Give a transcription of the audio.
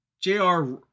Jr